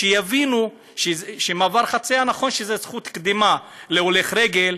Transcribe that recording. שיבינו שבמעבר חציה נכון שיש זכות קדימה להולך רגל,